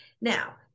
Now